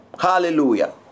Hallelujah